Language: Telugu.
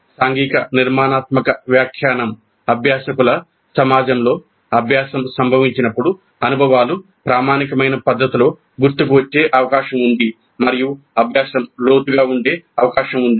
సాంఘిక నిర్మాణాత్మక వ్యాఖ్యానం అభ్యాసకుల సమాజంలో అభ్యాసం సంభవించినప్పుడు అనుభవాలు ప్రామాణికమైన పద్ధతిలో గుర్తుకు వచ్చే అవకాశం ఉంది మరియు అభ్యాసం లోతుగా ఉండే అవకాశం ఉంది